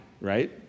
Right